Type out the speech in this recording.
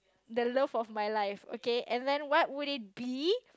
the love of my life okay and then what would it be